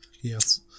Yes